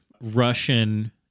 Russian